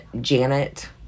Janet